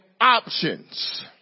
options